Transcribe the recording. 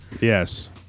Yes